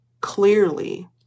clearly